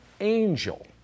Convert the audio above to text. angel